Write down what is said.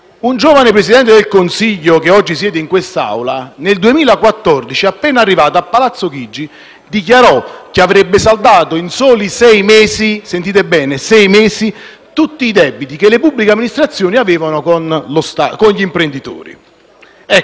Un giovane Presidente del Consiglio che oggi siede in quest'Aula, nel 2014, appena arrivato a Palazzo Chigi, dichiarò che avrebbe saldato in soli sei mesi - sentite bene: sei mesi - tutti i debiti che le pubbliche amministrazioni avevano con gli imprenditori. Ecco,